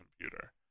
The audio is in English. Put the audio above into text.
computer